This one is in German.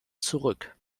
zurück